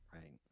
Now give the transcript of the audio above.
Right